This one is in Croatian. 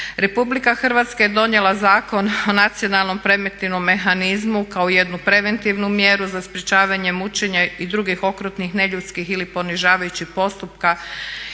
ovih osoba. RH je donijela Zakon o nacionalnom preventivnom mehanizmu kao jednu preventivnu mjeru za sprječavanje mučenja i drugih okrutnih neljudskih ili ponižavajućih postupaka